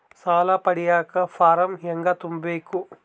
ಸಾಲ ಪಡಿಯಕ ಫಾರಂ ಹೆಂಗ ತುಂಬಬೇಕು?